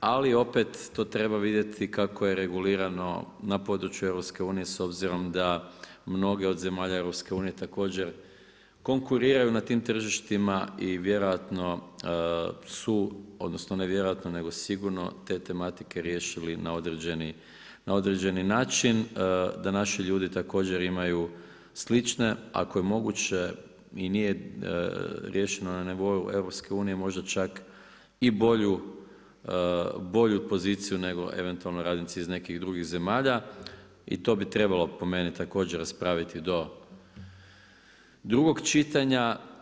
Ali opet to treba vidjeti kako je regulirano na području EU s obzirom da mnoge od zemalja EU također konkuriraju na tim tržištima i vjerojatno su, odnosno ne vjerojatno nego sigurno te tematike riješili na određeni način da naši ljudi također imaju slične ako je moguće i nije riješeno na nivou EU možda čak i bolju poziciju nego eventualno radnici iz nekih drugih zemalja i to bi trebalo po meni također raspraviti do drugog čitanja.